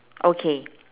okay